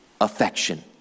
affection